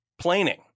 planing